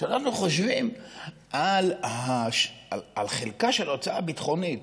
כשאנחנו חושבים על חלקה של ההוצאה הביטחונית